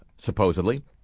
supposedly